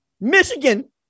Michigan